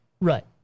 right